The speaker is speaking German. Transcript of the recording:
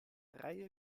reihe